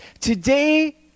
today